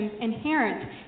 inherent